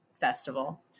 Festival